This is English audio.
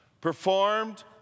performed